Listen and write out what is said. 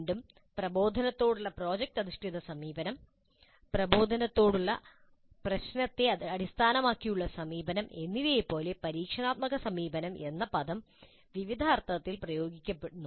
വീണ്ടും പ്രബോധനത്തോടുള്ള പ്രോജക്റ്റ് അധിഷ്ഠിത സമീപനം പ്രബോധനത്തോടുള്ള പ്രശ്നത്തെ അടിസ്ഥാനമാക്കിയുള്ള സമീപനം എന്നിവയെപ്പോലെ പരീക്ഷണാത്മക സമീപനം എന്ന പദം വിവിധ അർത്ഥങ്ങളിൽ ഉപയോഗിക്കുന്നു